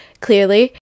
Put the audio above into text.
clearly